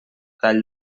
tall